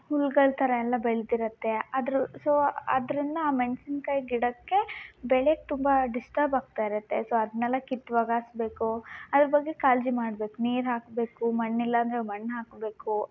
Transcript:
ಹುಲ್ಗಳು ಥರ ಎಲ್ಲಾ ಬೆಳ್ದಿರತ್ತೆ ಆದರು ಸೊ ಅದರಿಂದ ಆ ಮೆಣ್ಸಿನ್ಕಾಯಿ ಗಿಡಕ್ಕೆ ಬೆಳೆಯಕ್ಕೆ ತುಂಬ ಡಿಸ್ಟಬ್ ಆಗ್ತಾಯಿರತ್ತೆ ಸೊ ಅದನ್ನೆಲ್ಲ ಕಿತ್ತು ವಗಾಸ್ಬೇಕು ಅದ್ರ ಬಗ್ಗೆ ಕಾಳಜಿ ಮಾಡ್ಬೇಕು ನೀರು ಹಾಕ್ಬೇಕು ಮಣ್ಣಿಲ್ಲ ಅಂದ್ರೆ ಮಣ್ಣು ಹಾಕ್ಬೇಕು